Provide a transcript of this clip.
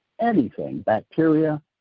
anything—bacteria